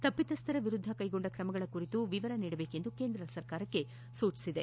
ತಪ್ಪಿಸ್ತರ ವಿರುದ್ದ ಕೈಗೊಂಡ ಕ್ರಮಗಳ ಕುರಿತು ವಿವರ ನೀಡುವಂತೆ ಕೇಂದ್ರ ಸರ್ಕಾರಕ್ಕೆ ಸೂಚಿಸಿದೆ